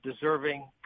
deserving